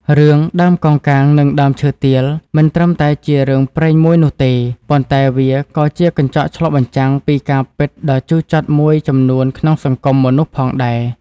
រឿង "ដើមកោងកាងនិងដើមឈើទាល" មិនត្រឹមតែជារឿងព្រេងមួយនោះទេ ប៉ុន្តែវាក៏ជាកញ្ចក់ឆ្លុះបញ្ចាំងពីការពិតដ៏ជូរចត់មួយចំនួនក្នុងសង្គមមនុស្សផងដែរ។